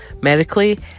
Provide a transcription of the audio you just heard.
medically